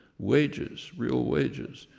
wages, real wages,